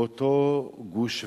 באותו גוש וחלקה,